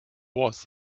was